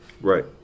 Right